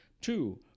Two